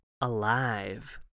alive